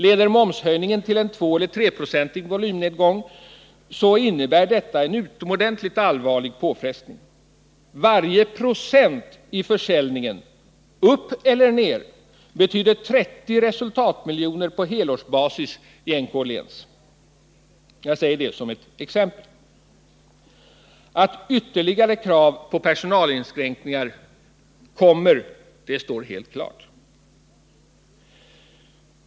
Leder momshöjningen till en 2 eller 3-procentig volymnedgång innebär detta en utomordentligt allvarlig påfrestning. Varje procent i försäljningen — upp eller ner — betyder 30 resultatmiljoner på helårsbasis i NK-Åhléns; jag säger det som ett exempel. Att ytterligare krav på personalinskränkningar kommer att ställas står helt klart.